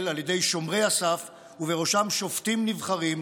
על ידי שומרי הסף ובראשם שופטים נבחרים,